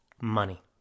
money